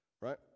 right